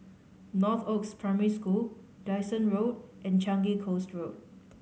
Northoaks Primary School Dyson Road and Changi Coast Road